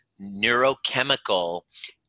neurochemical